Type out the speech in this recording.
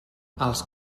els